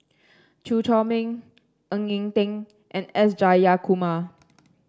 Chew Chor Meng Ng Eng Teng and S Jayakumar